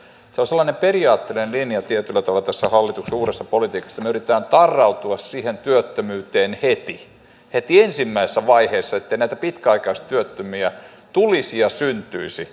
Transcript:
se on sellainen periaatteellinen linja tietyllä tavalla tässä hallituksen uudessa politiikassa että me yritämme tarrautua siihen työttömyyteen heti heti ensimmäisessä vaiheessa ettei näitä pitkäaikaistyöttömiä tulisi ja syntyisi